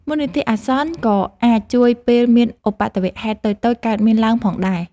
មូលនិធិអាសន្នក៏អាចជួយពេលមានឧប្បត្តិហេតុតូចៗកើតមានឡើងផងដែរ។